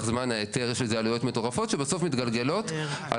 זמן ההיתר יש לזה עלויות מטורפות שבסוף מתגלגלות על